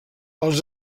els